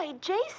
Jason